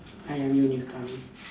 I_M_U new story